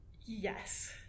yes